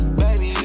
baby